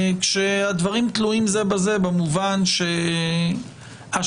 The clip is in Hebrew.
הדברים תלויים זה בזה במובן שהשאלה,